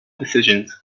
decisions